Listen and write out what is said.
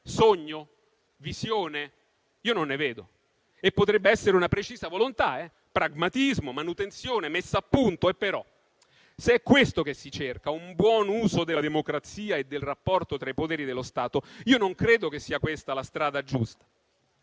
Sogno? Visione? Io non ne vedo. Potrebbe essere una precisa volontà. Pragmatismo, manutenzione, messa a punto. E però, se è questo che si cerca, un buon uso della democrazia e del rapporto tra i poteri dello Stato, non credo che sia questa la strada giusta.